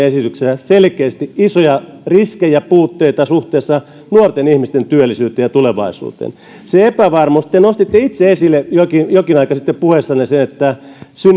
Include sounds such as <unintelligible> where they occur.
<unintelligible> esityksessä selkeästi isoja riskejä puutteita suhteessa nuorten ihmisten työllisyyteen ja tulevaisuuteen se epävarmuus te te nostitte itse esille jokin jokin aika sitten puheessanne sen että